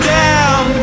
down